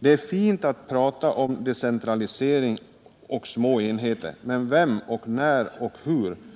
Det är fint att prata om decentralisering och små enheter, men vem